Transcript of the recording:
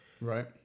right